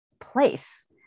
place